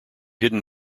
hidden